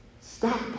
stop